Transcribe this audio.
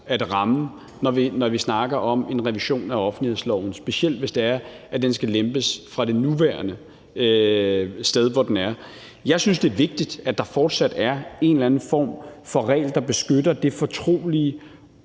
at ramme, når vi snakker om en revision af offentlighedsloven, specielt hvis den skal lempes i forhold til det nuværende sted, hvor den er. Jeg synes, det er vigtigt, at der fortsat er en eller anden form for regel, der beskytter det fortrolige